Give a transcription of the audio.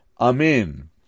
Amen